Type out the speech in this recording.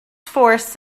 forests